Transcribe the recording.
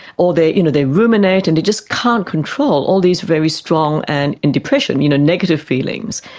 or they you know they ruminate and they just can't control all these very strong and, in depression, you know negative feelings.